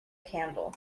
candle